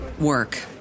work